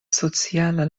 sociala